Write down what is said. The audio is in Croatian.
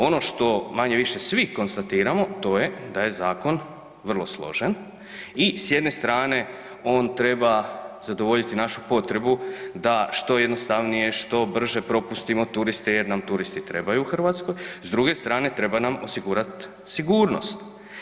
Ono što manje-više svi konstatiramo, to je da je zakon vrlo složen i s jedne strane on treba zadovoljiti našu potrebu da što jednostavnije, što brže propustimo turiste jer nam turisti trebaju u Hrvatskoj, s druge strane treba nam osigurat sigurnost.